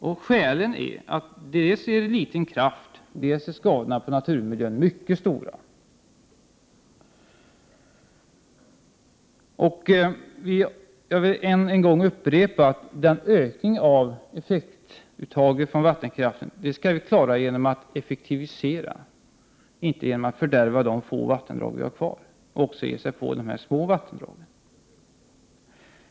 Skälet till detta är att det dels är fråga om en liten mängd kraft, dels är skadorna på naturen mycket stora. Den ökning av effektuttag från vattenkraften som krävs måste vi klara genom att effektivisera, inte genom att fördärva de få vattendrag vi har kvar och genom att ge oss på de små vattendragen.